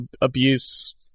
abuse